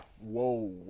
Whoa